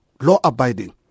law-abiding